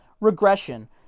regression